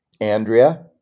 Andrea